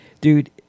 Dude